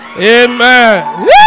Amen